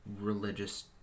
religious